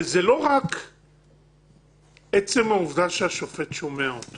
זה לא רק עצם העובדה שהשופט שומע אותו